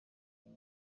yaba